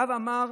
בא ואמר: